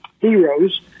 heroes